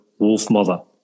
Wolfmother